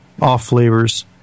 off-flavors